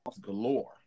galore